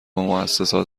موسسات